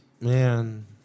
man